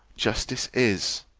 justice is.